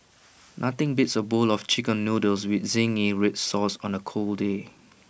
nothing beats A bowl of Chicken Noodles with Zingy Red Sauce on A cold day